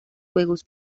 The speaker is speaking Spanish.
juegos